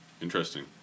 Interesting